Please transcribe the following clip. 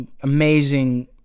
Amazing